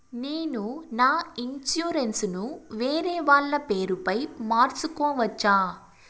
నేను నా ఇన్సూరెన్సు ను వేరేవాళ్ల పేరుపై మార్సుకోవచ్చా?